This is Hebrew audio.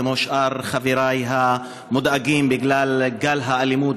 כמו שאר חבריי המודאגים בגלל גל האלימות